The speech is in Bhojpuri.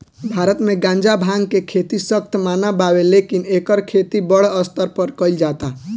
भारत मे गांजा, भांग के खेती सख्त मना बावे लेकिन एकर खेती बड़ स्तर पर कइल जाता